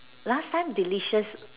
last time delicious